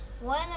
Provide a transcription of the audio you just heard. One